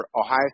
Ohio